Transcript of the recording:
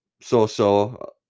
so-so